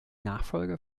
nachfolge